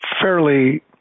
fairly